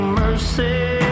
mercy